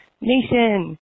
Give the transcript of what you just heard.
nation